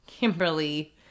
Kimberly